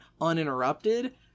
uninterrupted